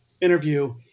interview